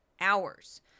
hours